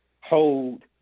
hold